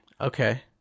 Okay